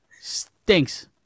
stinks